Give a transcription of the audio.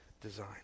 design